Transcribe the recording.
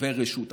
ורשות החשמל,